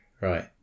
Right